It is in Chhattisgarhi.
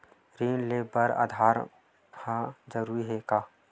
ऋण ले बर आधार ह जरूरी हे का?